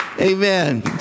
Amen